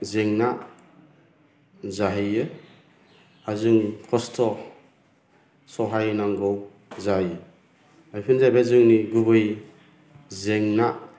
जेंना जाहैयो आर जों खस्थ' सहायनांगौ जायो बेफोरनो जाहैबाय जोंनि गुबै जेंना